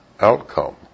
Outcome